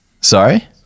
Sorry